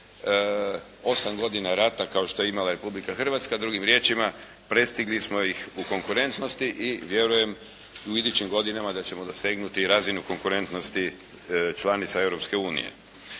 godina rata kao što je imala Republika Hrvatska. Drugim riječima, prestigli smo ih u konkurentnosti i vjerujem u idućim godinama da ćemo dosegnuti razinu konkurentnosti članica